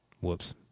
Whoops